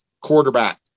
quarterback